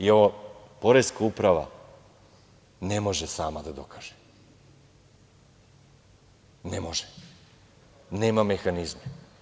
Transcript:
I ovo Poreska uprava ne može sama da dokaže, ne može, nema mehanizme.